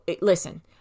Listen